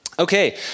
Okay